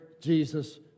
Jesus